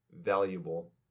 valuable